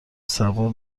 صبور